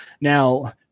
Now